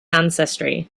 ancestry